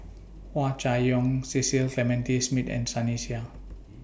Hua Chai Yong Cecil Clementi Smith and Sunny Sia